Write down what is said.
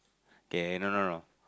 kay no no no